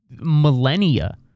millennia